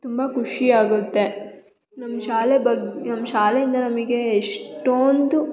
ತುಂಬ ಖುಷಿ ಆಗುತ್ತೆ ನಮ್ಮ ಶಾಲೆ ಬಗ್ಗೆ ನಮ್ಮ ಶಾಲೆಯಿಂದ ನಮಗೆ ಎಷ್ಟೊಂದು